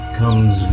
comes